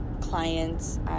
clients